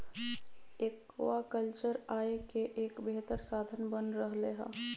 aquaculture आय के एक बेहतर साधन बन रहले है